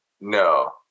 No